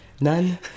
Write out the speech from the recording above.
None